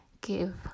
give